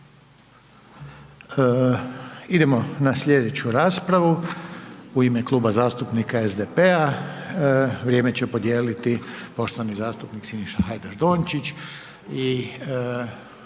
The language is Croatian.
Idemo na sljedeću raspravu u ime Kluba zastupnika SDP-a, vrijeme će podijeliti poštovani zastupnik Siniša Hajdaš Dončić i